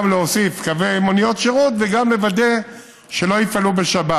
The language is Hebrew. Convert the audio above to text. גם להוסיף קווי מוניות שירות וגם לוודא שלא יפעלו בשבת.